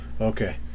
Okay